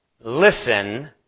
listen